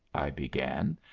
i began,